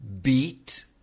beat